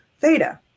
theta